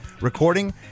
recording